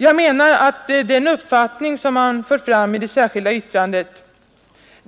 Jag menar att den uppfattning man för fram i det särskilda yttrandet